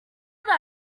that